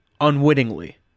unwittingly